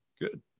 good